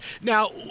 Now